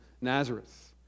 Nazareth